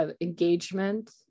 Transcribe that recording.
engagement